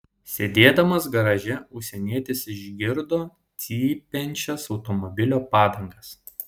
sėdėdamas garaže užsienietis išgirdo cypiančias automobilio padangas